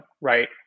right